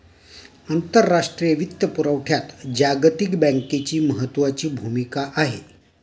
आंतरराष्ट्रीय वित्तपुरवठ्यात जागतिक बँकेची महत्त्वाची भूमिका आहे